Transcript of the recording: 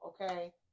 okay